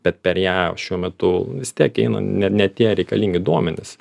bet per ją šiuo metu vis tiek eina ne ne tie reikalingi duomenys